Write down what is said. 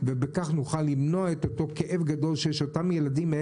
ובכך נוכל למנוע את אותו כאב גדול של אותם ילדים.